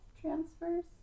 transfers